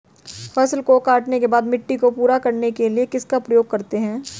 फसल काटने के बाद मिट्टी को पूरा करने के लिए किसका उपयोग करते हैं?